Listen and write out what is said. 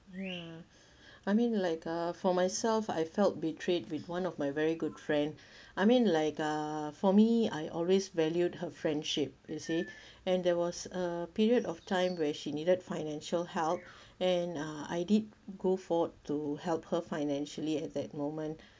ya I mean like uh for myself I felt betrayed with one of my very good friend I mean like uh for me I always valued her friendship you see and there was a period of time where she needed financial help and uh I did go forth to help her financially at that moment